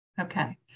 Okay